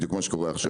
בדיוק מה שקורה עכשיו.